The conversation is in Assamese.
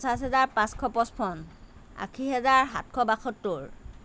পঞ্চাছ হাজাৰ পাঁচশ পঁচপন্ন আশী হাজাৰ সাতশ বাসত্তৰ